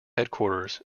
headquarters